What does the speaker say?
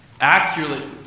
accurately